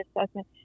assessment